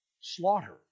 slaughter